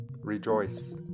Rejoice